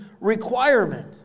requirement